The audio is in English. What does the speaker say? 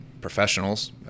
professionals